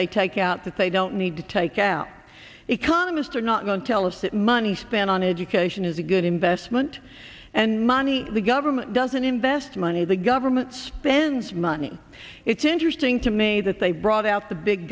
they take out that they don't need to take out economists are not going to tell us that money spent on education is a good investment and money the government doesn't invest money the government spends money it's interesting to me that they brought out the big